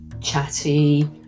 chatty